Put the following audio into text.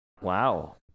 Wow